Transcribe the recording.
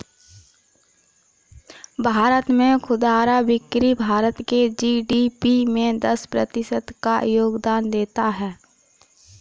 भारत में खुदरा बिक्री भारत के जी.डी.पी में दस प्रतिशत का योगदान देता है